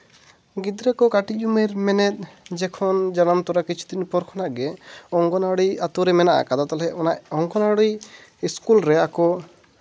ᱜᱤᱫᱽᱨᱟᱹ ᱠᱚ ᱠᱟᱹᱴᱤᱡ ᱩᱢᱮᱨ ᱢᱮᱱᱮᱫ ᱡᱚᱠᱷᱚᱱ ᱡᱟᱱᱟᱢ ᱛᱚᱨᱟ ᱠᱤᱪᱷᱩ ᱫᱤᱱ ᱯᱚᱨ ᱠᱷᱚᱱᱟᱜ ᱜᱮ ᱚᱝᱜᱚᱱᱳᱣᱟᱲᱤ ᱟᱛᱳᱨᱮ ᱢᱮᱱᱟᱜ ᱠᱟᱫᱟ ᱛᱟᱦᱞᱮ ᱚᱝᱜᱚᱱᱳᱣᱟᱲᱤ ᱤᱥᱠᱩᱞ ᱨᱮ ᱟᱠᱚ